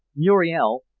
muriel,